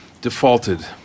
defaulted